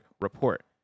report